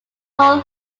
all